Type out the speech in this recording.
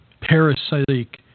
parasitic